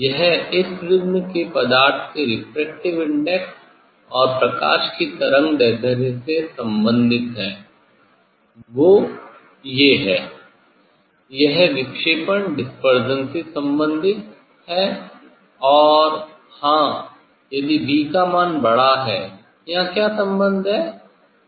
यह इस प्रिज़्म के पदार्थ के रेफ्रेक्टिव इंडेक्स और प्रकाश की तरंगदैर्ध्य से संबंधित है वो ये है यह विक्षेपण से सम्बन्धित है और हाँ यदि 'B' का मान बड़ा है यहाँ क्या संबंध है